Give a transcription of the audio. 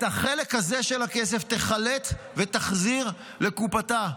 את החלק הזה של הכסף תחלט ותחזיר לקופתה.